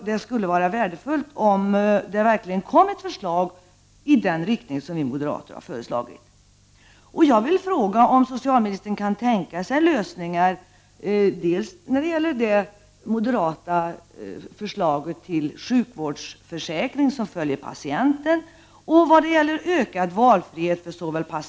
Det skulle vara värdefullt om det verkligen kom ett förslag i den riktning som vi moderater har angivit.